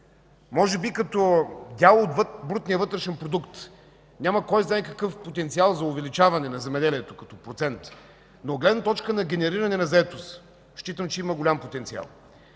Може би като дял от брутния вътрешен продукт няма кой знае какъв потенциал за увеличаване на земеделието като процент, но от гледна точка на генериране на заетост считам, че има голям потенциал.